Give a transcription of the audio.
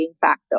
factor